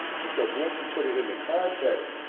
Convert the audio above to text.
because once you put it into context,